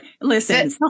Listen